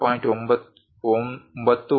99 ಅಥವಾ ಅದು 25